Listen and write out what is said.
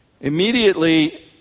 Immediately